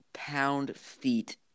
pound-feet